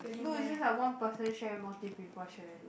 no it's just like one person share multi people sharing